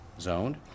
zoned